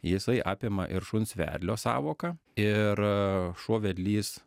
jisai apima ir šuns vedlio sąvoką ir šuo vedlys